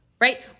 right